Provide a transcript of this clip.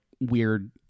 weird